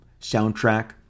soundtrack